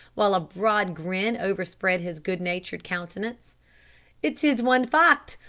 while a broad grin overspread his good-natured countenance it is one fact!